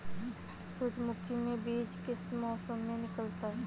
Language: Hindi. सूरजमुखी में बीज किस मौसम में निकलते हैं?